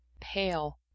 pale